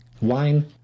Wine